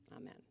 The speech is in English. Amen